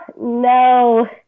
no